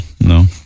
No